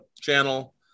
channel